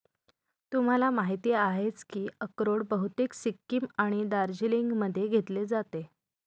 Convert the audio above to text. तुम्हाला माहिती आहेच की अक्रोड बहुतेक सिक्कीम आणि दार्जिलिंगमध्ये घेतले जाते